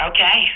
Okay